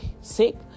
sick